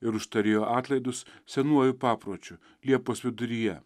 ir užtarėjo atlaidus senuoju papročiu liepos viduryje